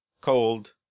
cold